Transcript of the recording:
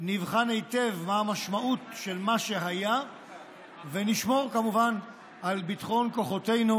נבחן היטב מה המשמעות של מה שהיה ונשמור כמובן על ביטחון כוחותינו,